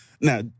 Now